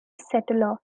settler